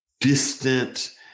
distant